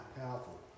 powerful